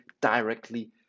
directly